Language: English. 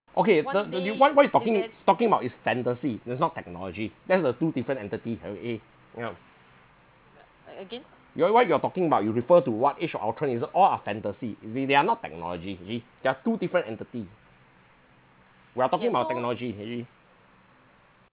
okay the the new what what you talking talking about is fantasy is not technology that's the two different entity o~ eh ngam you know why you are talking about you refer to what age of ultron is all are fantasy they they are not technology actually they are two different entity we are talking about technology actually